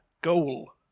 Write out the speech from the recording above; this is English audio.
goal